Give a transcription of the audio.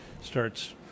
starts